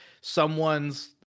someone's